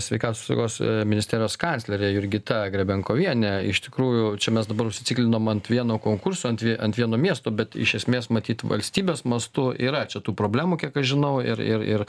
sveikatos apsaugos ministerijos kanclerė jurgita grebenkovienė iš tikrųjų čia mes dabar užsitikrinom ant vieno konkurso ant vi ant vieno miesto bet iš esmės matyt valstybės mastu yra čia tų problemų kiek aš žinau ir ir